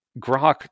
grok